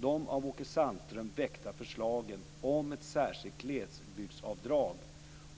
De av Åke Sandström väckta förslagen om ett särskilt glesbygdsavdrag